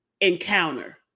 encounter